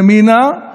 ימינה,